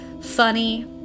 funny